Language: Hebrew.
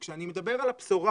וכשאני מדבר על הבשורה